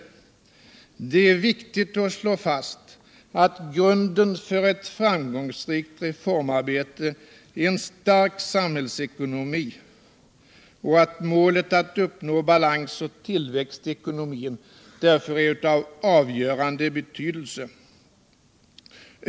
—-- Det är dock viktigt att slå fast att grunden för ett framgångsrikt reformarbete är en stark samhällsekonomi och att målet att uppnå balans och tillväxt i ekonomin därför är av Finansdebatt Finansdebatt avgörande betydelse.